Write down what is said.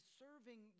serving